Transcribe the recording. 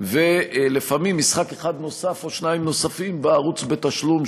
ולפעמים משחק אחד נוסף או שניים נוספים בערוץ בתשלום,